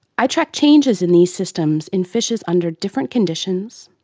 i track changes in these systems in fishes under different conditions,